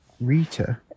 Rita